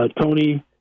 Tony